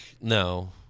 no